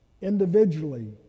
individually